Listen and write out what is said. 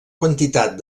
quantitat